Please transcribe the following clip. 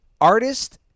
Artist